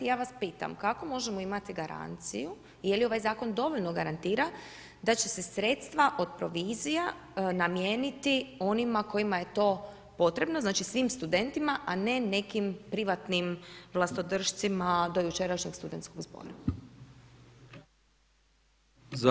I ja vas pitam kako možemo imati garanciju i je li ovaj zakon dovoljno garantira da će se sredstva od provizija namijeniti onima kojima je to potrebno, znači svim studentima a ne nekim privatnim vlastodršcima do jučerašnjeg studentskog zbora?